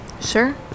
Sure